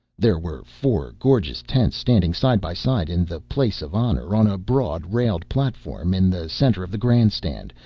there were four gorgeous tents standing side by side in the place of honor, on a broad railed platform in the centre of the grand stand,